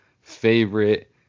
favorite